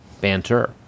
Banter